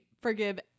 forgive